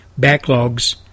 backlogs